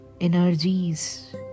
energies